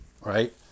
Right